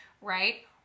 right